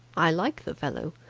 i like the fellow.